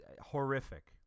Horrific